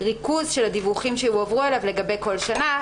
זוכים בחברה שלנו להרבה מאוד חשיפה ולהרבה מאוד השקעה,